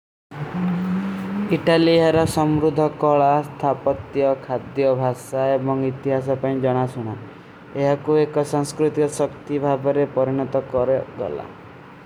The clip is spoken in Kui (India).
ଇତଲିଯାରା ସମ୍ରୁଧା କଲା, ସ୍ଥାପତ୍ଯା, ଖାଧ୍ଯା ଭାସା ଏବଂଗ ଇତିଯା ସବେଂ ଜନା ସୁନା। ଯହାଁ କୋ ଏକ ଶଂସ୍କୃତିଯା ସକ୍ତି ଭାଵରେ ପରଣତ କରେ ଗଲା।